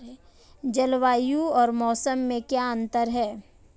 जलवायु और मौसम में अंतर क्या है?